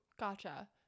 Gotcha